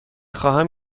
خواهم